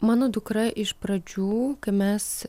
mano dukra iš pradžių kai mes